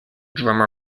drummer